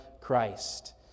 Christ